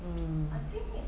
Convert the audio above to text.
mm